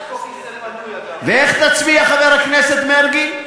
יש פה כיסא פנוי, ואיך תצביע, חבר הכנסת מרגי?